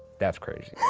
that's crazy.